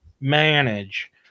manage